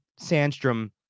Sandstrom